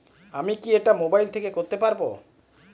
আমি কি এটা মোবাইল থেকে করতে পারবো?